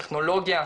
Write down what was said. טכנולוגיה,